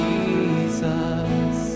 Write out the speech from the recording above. Jesus